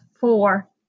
four